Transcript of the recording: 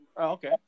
Okay